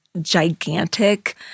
gigantic